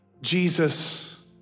Jesus